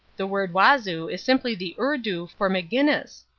the word wazoo is simply the urdu for mcginnis.